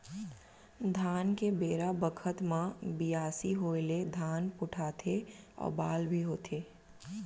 धान के बेरा बखत म बियासी होय ले धान पोठाथे अउ बाल भी होथे